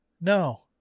No